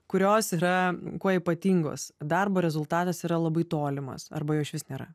kurios yra kuo ypatingos darbo rezultatas yra labai tolimas arba jo išvis nėra